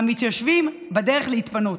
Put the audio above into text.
המתיישבים בדרך להתפנות.